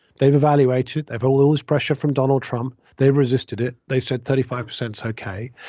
they've evaluated it. they've all lose pressure from donald trump. they've resisted it. they said thirty five percent. okay.